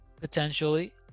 potentially